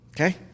Okay